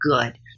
good